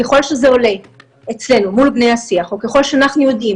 ככל שזה עולה אצלנו מול בני השיח או ככל שאנחנו יודעים